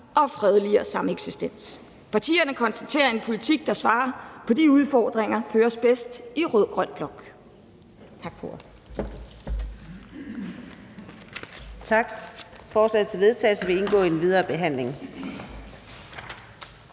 og fredeligere sameksistens. Partierne konstaterer, at en politik, der svarer på de udfordringer, føres bedst med en rød-grøn blok.«